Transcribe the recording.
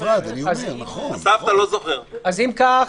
אם כך,